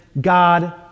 God